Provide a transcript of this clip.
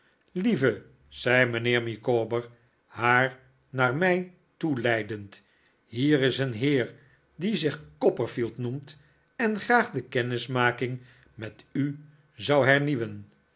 lieve zei mijnheer micawber haar naar mij toeleidend hier is een heer die zich copperfield noemt en graag de kennismaking met u zou